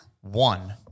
One